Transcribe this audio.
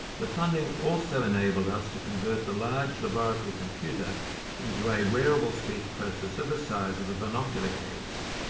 the funding also enabled us to convert the large laboratory computer into a wearable speech processor the size of a binocular case.